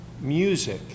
music